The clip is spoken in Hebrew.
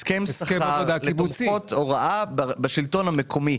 הסכם שכר לתומכות הוראה בשלטון המקומי.